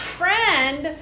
friend